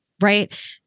right